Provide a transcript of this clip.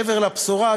מעבר לבשורה,